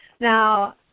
Now